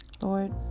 Lord